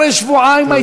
אחרי שבועיים, טוב.